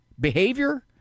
behavior